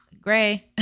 Gray